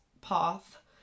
path